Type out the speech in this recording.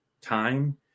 time